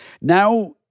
Now